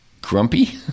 grumpy